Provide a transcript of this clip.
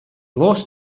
lost